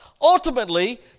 Ultimately